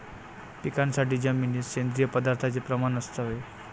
पिकासाठी जमिनीत सेंद्रिय पदार्थाचे प्रमाण असावे